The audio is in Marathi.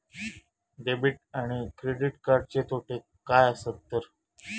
डेबिट आणि क्रेडिट कार्डचे तोटे काय आसत तर?